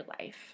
life